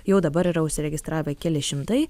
jau dabar yra užsiregistravę keli šimtai